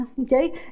okay